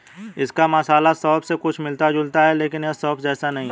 इसका मसाला सौंफ से कुछ मिलता जुलता है लेकिन यह सौंफ जैसा नहीं है